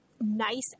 nice